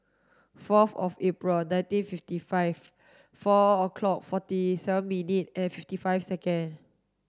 fourth of April nineteen fifty five four o'clock forty seven minutes and fifty five seconds